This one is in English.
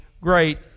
great